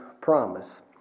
promise